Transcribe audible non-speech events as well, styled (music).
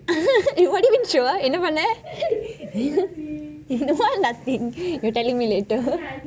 (laughs) sure என்ன பன்னேன்:enna pannen what nothing you telling me later